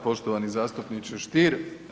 Poštovani zastupniče Stier.